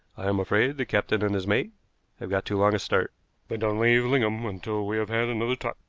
i am afraid the captain and his mate have got too long a start but don't leave lingham until we have had another talk.